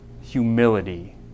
humility